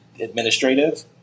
administrative